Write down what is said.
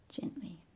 gently